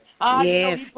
Yes